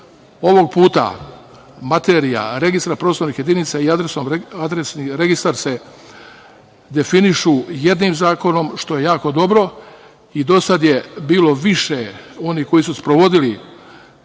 Ovog puta materija Registra prostornih jedinica i Adresnog registra se definišu jednim zakonom, što je jako dobro i do sada je bilo više onih koji su sprovodili